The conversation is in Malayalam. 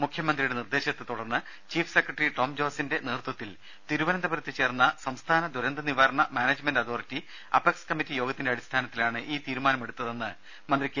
മുഖ്യമ ന്ത്രിയുടെ നിർദേശത്തെ തുടർന്ന് ചീഫ് സെക്രട്ടറി ടോംജോസിന്റെ നേതൃത്വത്തിൽ തിരുവനന്തപുരത്ത് ചേർന്ന സംസ്ഥാന ദുരന്ത നിവാ രണ മാനേജ്മെന്റ് അതോറിറ്റി അപെക്സ് കമ്മിറ്റി യോഗത്തിന്റെ അടി സ്ഥാനത്തിലാണ് ഈ തീരുമാനം എടുത്തതെന്ന് മന്ത്രി കെ